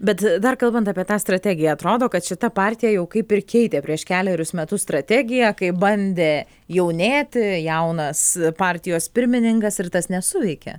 bet dar kalbant apie tą strategiją atrodo kad šita partija jau kaip ir keitė prieš kelerius metus strategiją kai bandė jaunėti jaunas partijos pirmininkas ir tas nesuveikė